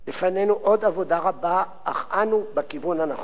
לפנינו עוד עבודה רבה, אך אנו בכיוון הנכון.